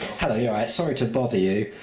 hello, you alright? sorry to bother you.